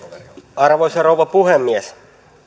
arvoisa rouva puhemies